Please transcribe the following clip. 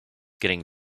getting